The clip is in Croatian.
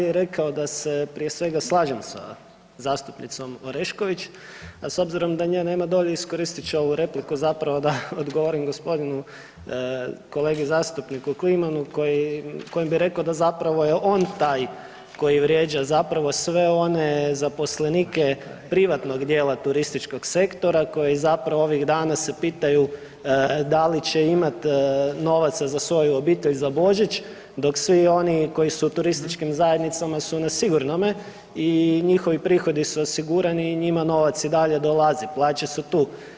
Ja bi rekao da se prije svega slažem sa zastupnicom Orešković, a s obzirom da nje nema dolje, iskoristit ću ovu repliku zapravo da odgovorim gospodinu kolegi zastupniku Klimanu koji, kojem bi rekao da zapravo je on taj koji vrijeđa zapravo sve one zaposlenike privatnog dijela turističkog sektora koji zapravo ovih dana se pitaju da li će imat novaca za svoju obitelj za Božić dok svi oni koji su u turističkim zajednicama su na sigurnome i njihovi prihodi su osigurani i njima novac i dalje dolazi, plaće su tu.